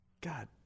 God